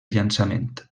llançament